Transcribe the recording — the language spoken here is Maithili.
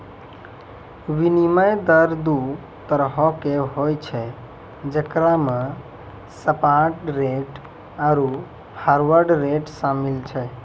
विनिमय दर दु तरहो के होय छै जेकरा मे स्पाट रेट आरु फारवर्ड रेट शामिल छै